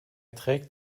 trägt